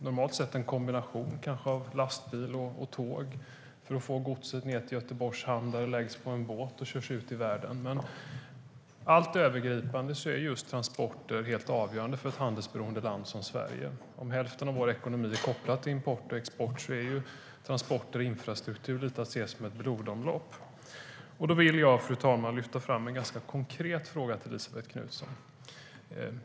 Normalt är det kanske en kombination av lastbil och tåg för att få godset till Göteborgs hamn där det läggs på en båt och körs ut i världen. Just transporterna är helt avgörande för ett handelsberoende land som Sverige. Om hälften av vår ekonomi är kopplad till import och export kan transporterna och infrastrukturen kanske ses som blodomloppet. Därför vill jag, fru talman, ställa en ganska konkret fråga till Elisabet Knutsson.